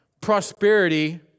prosperity